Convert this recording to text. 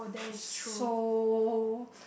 so